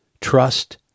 trust